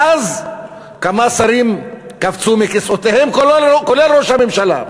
ואז כמה שרים קפצו מכיסאותיהם, כולל ראש הממשלה.